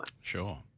sure